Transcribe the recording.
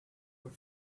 were